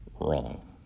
wrong